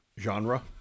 genre